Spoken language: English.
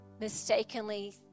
mistakenly